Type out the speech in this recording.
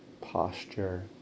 posture